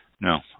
no